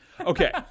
okay